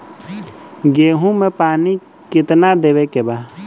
गेहूँ मे पानी कितनादेवे के बा?